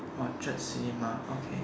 orchard cinema okay